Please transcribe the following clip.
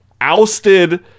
ousted